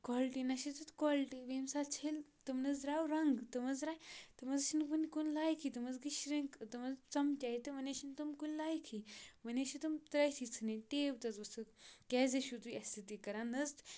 quality نہ چھِ تیُتھ کالٹی ییٚمہِ ساتہٕ ژھٔلۍ تم نہ حظ درٛاو رنٛگ تم حظ درٛاے تم حظ چھِنہٕ کُنہِ کُنہِ لایقی تم حظ گٔے شِرٛنٛک تم حظ ژَمٹٕے تہٕ وَنۍ حظ چھِنہٕ تم کُنہِ لایقی وَنۍ حظ چھِ تم ترٛٲتھٕے ژھٕنٕنۍ ٹیپ تہِ حظ ؤژِکھ کیٛازِ چھُو تُہۍ اَسہِ سۭتی کَران نہ حظ